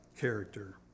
character